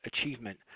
achievement